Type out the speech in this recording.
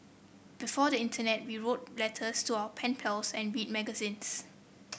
before the Internet we wrote letters to our pen pals and read magazines